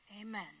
Amen